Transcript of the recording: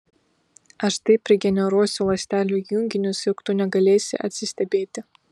aš taip regeneruosiu ląstelių junginius jog tu negalėsi atsistebėti